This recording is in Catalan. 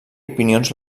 opinions